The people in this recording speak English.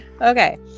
okay